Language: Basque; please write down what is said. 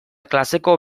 klaseko